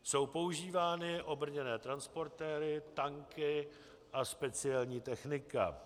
Jsou používány obrněné transportéry, tanky a speciální technika.